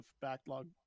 backlog